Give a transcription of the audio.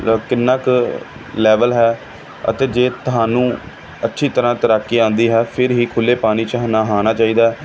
ਲ ਕਿੰਨਾ ਕੁ ਲੈਵਲ ਹੈ ਅਤੇ ਜੇ ਤੁਹਾਨੂੰ ਅੱਛੀ ਤਰ੍ਹਾਂ ਤੈਰਾਕੀ ਆਉਂਦੀ ਹੈ ਫਿਰ ਹੀ ਖੁੱਲ੍ਹੇ ਪਾਣੀ 'ਚ ਨਹਾਉਣਾ ਚਾਹੀਦਾ